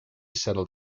settled